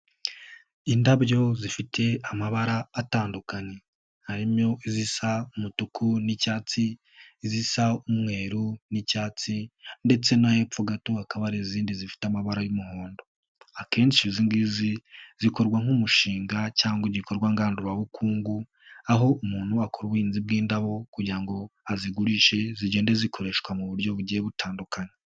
Indabyo zifite amabara atandukanye. Harimo zisa umutuku n'icyatsi, izisa'umweru n'icyatsi ndetse no hepfo gato hakaba ari izindi zifite amabara y'umuhondo. Akenshi zikorwa nk'umushinga cyangwa igikorwa ngandurabukungu, aho umuntu akora ubuhinzi bw'indabo kugira ngo azigurishe zigende zikoreshwa mu buryo bugiye butandukanye.